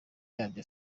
yabyo